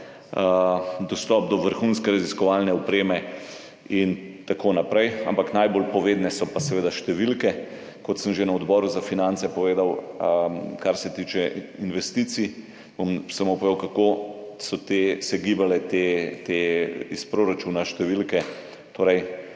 dostop do vrhunske raziskovalne opreme in tako naprej. Ampak najbolj povedne so pa seveda številke, kot sem že na Odboru za finance povedal, kar se tiče investicij. Bom samo povedal, kako so te, se gibale te iz proračuna številke. Torej,